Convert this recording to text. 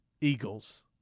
Eagles